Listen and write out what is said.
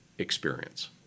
experience